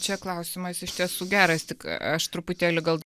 čia klausimas iš tiesų geras tik aš truputėlį gal